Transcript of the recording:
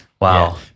Wow